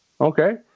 Okay